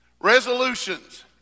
resolutions